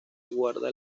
guarda